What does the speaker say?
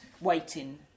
waiting